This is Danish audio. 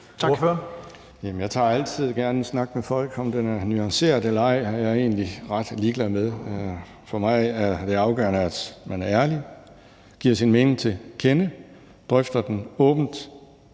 (DF): Jeg tager altid gerne en snak med folk. Om den er nuanceret eller ej, er jeg egentlig ret ligeglad med. For mig er det afgørende, at man er ærlig, giver sin mening til kende og drøfter den åbent,